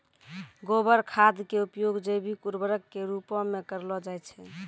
गोबर खाद के उपयोग जैविक उर्वरक के रुपो मे करलो जाय छै